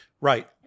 Right